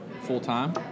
full-time